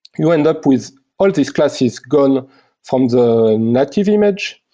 you end up with all these classes gone from the native image.